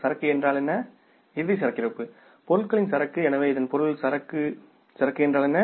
சரக்கு என்றால் இறுதி சரக்கிருப்பு பொருட்களின் சரக்கு எனவே இதன் பொருள் சரக்கு சரக்கு என்றால் என்ன